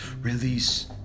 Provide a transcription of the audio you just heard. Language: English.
release